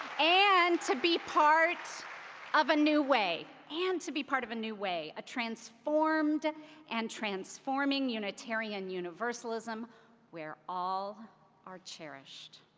and to be part of a new way. and to be part of a new way, a transformed and transforming unitarian universalism where all are cherished.